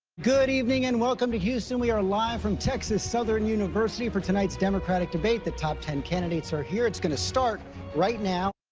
good evening, and welcome to houston. we are live from texas southern university for tonight's democratic debate. the top ten candidates are here. it's going to start right now.